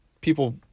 people